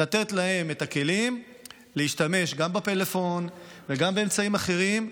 לתת להם את הכלים להשתמש גם בפלאפון וגם באמצעים אחרים.